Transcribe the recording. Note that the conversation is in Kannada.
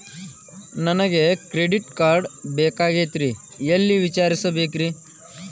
ನನಗೆ ಕ್ರೆಡಿಟ್ ಕಾರ್ಡ್ ಬೇಕಾಗಿತ್ರಿ ಎಲ್ಲಿ ವಿಚಾರಿಸಬೇಕ್ರಿ?